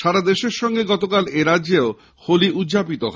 সারা দেশের সঙ্গে গতকাল এরাজ্যেও হোলি উদ্যাপিত হয়